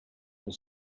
were